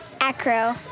Acro